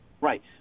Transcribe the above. Right